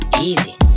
easy